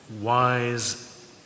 wise